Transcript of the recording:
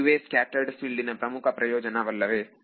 ಇದುವೇ scattered field ನ ಪ್ರಮುಖ ಪ್ರಯೋಜನ ವಲ್ಲವೇ